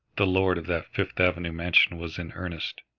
the lord of that fifth avenue mansion was in earnest,